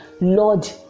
Lord